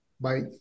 Bye